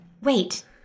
Wait